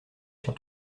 sur